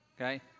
okay